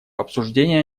обсуждения